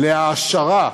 להעשרה,